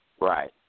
Right